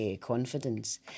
confidence